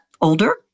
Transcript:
older